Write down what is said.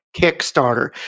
kickstarter